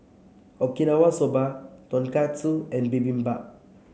Okinawa Soba Tonkatsu and Bibimbap